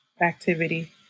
activity